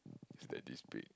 it's like this big